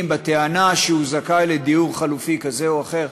בטענה שהוא זכאי לדיור חלופי כזה או אחר?